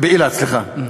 באילת, סליחה.